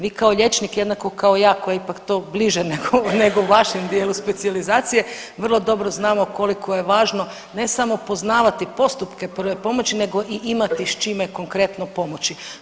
Vi kao liječnik, jednako kao i ja koji ipak to bliže nego važem dijelu specijalizacije vrlo dobro znamo koliko je važno, ne samo poznavati postupke prve pomoći nego i imati s čime konkretno pomoći.